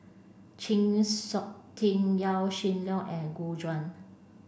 Chng Seok Tin Yaw Shin Leong and Gu Juan